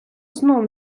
знов